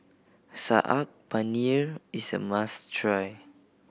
Saag Paneer is a must try